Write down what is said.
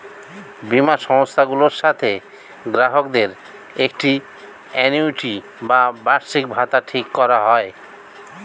বীমা সংস্থাগুলোর সাথে গ্রাহকদের একটি আ্যানুইটি বা বার্ষিকভাতা ঠিক করা হয়